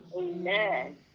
Amen